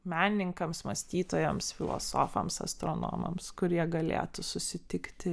menininkams mąstytojams filosofams astronomams kur jie galėtų susitikti